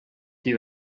you